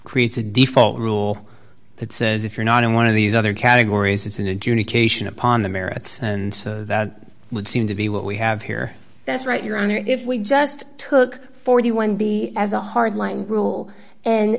creates a default rule that says if you're not in one of these other categories it's an education upon the merits and that would seem to be what we have here that's right your honor if we just took forty one b as a hard line rule and